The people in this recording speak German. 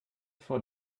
vor